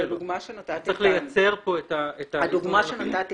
צריך לייצר פה את --- הדוגמה שנתתי